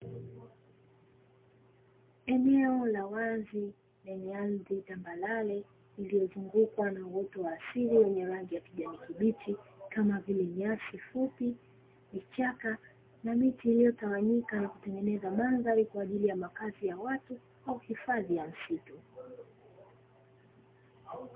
Eneo la wazi lenye ardhi tambarare, lililozungukwa na uoto wa asili wenye rangi ya kijani kibichi, kama vile nyasi fupi, vichaka na miti iliyotawanyika na kutengeneza mandhari kwa ajili ya makazi ya watu au hifadhi ya msitu.